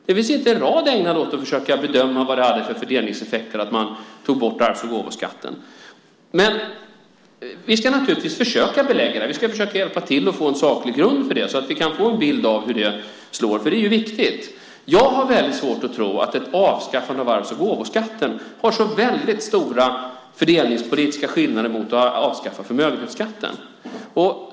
Det finns inte en rad som är ägnad åt att försöka bedöma vilka fördelningseffekter det hade att man tog bort arvs och gåvoskatten. Vi ska försöka belägga det här. Vi ska försöka hjälpa till att få en saklig grund för detta så att vi kan få en bild av hur det slår. Det är viktigt. Jag har svårt att tro att ett avskaffande av arvs och gåvoskatten har så stora fördelningspolitiska skillnader jämfört med ett avskaffande av förmögenhetsskatten.